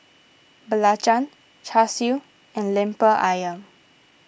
Belacan Char Siu and Lemper Ayam